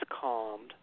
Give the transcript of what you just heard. calmed